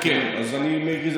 אז אני מכיר.